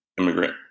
immigrant